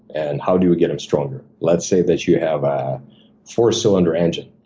and how do you get him stronger? let's say that you have a four-cylinder engine.